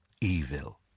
evil